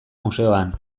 museoan